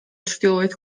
ჩრდილოეთ